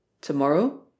Tomorrow